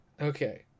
Okay